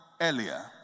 earlier